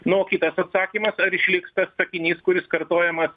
nu o kitas atsakymas ar išliks tas sakinys kuris kartojamas